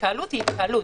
התקהלות היא התקהלות.